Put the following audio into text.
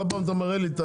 כל פעם אתה מראה לי.